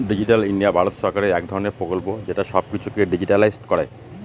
digital India Bharat সরকারের এক ধরনের প্রকল্প যেটা সব কিছুকে ডিজিট্যালাইসড করে